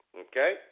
Okay